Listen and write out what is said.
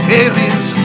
aliens